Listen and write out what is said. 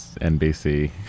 NBC